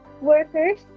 workers